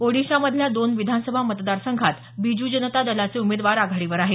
ओडिशामधल्या दोन विधानसभा मतदारसंघात बीजू जनता दलाचे उमेदवार आघाडीवर आहेत